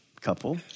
couple